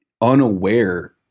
unaware